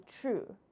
true